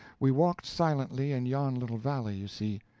we walked silently in yon little valley you see,